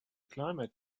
climate